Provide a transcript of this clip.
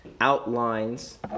outlines